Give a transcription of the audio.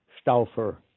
Stauffer